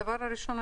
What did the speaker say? הדבר הראשון,